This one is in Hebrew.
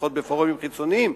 לפחות בפורומים חיצוניים,